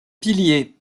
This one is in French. pilier